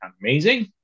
amazing